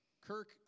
Kirk